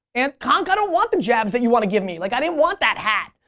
and conch, i don't want the jabs that you want to give me. like i don't want that hat.